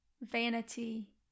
vanity